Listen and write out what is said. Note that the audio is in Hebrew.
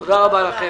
אין נמנעים,